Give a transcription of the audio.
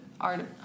art